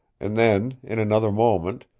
and then, in another moment,